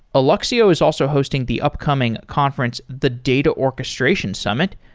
alluxio is also hosting the upcoming conference the data orchestration summit,